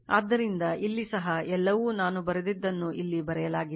ಆದ್ದರಿಂದ ಇಲ್ಲಿ ಸಹ ಎಲ್ಲವೂ ನಾನು ಬರೆದದ್ದನ್ನು ಇಲ್ಲಿ ಬರೆಯಲಾಗಿದೆ